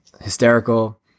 hysterical